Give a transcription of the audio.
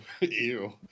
Ew